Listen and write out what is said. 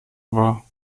war